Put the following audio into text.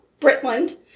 Britland